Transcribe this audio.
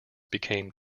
became